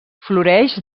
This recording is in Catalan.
floreix